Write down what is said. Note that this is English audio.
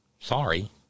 sorry